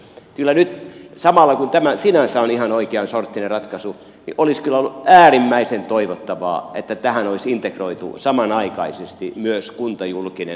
kyllä nyt samalla kun tämä sinänsä on ihan oikean sorttinen ratkaisu olisi ollut äärimmäisen toivottavaa että tähän olisi integroitu samanaikaisesti myös kuntajulkinen hallinto